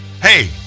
Hey